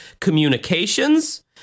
communications